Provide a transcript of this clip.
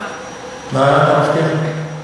מה אתה מבטיח לי?